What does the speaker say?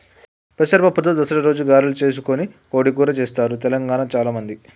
పెసర పప్పుతో దసరా రోజు గారెలు చేసుకొని కోడి కూర చెస్తారు తెలంగాణాల చాల మంది